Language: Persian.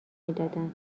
میدادن